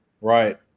Right